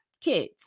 kids